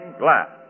glass